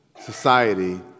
society